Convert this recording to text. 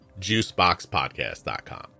JuiceBoxPodcast.com